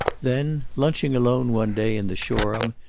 then, lunching alone one day in the shoreham,